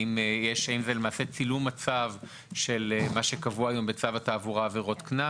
האם זה צילום מצב של מה שקבוע היום בצו התעבורה עבירות קנס,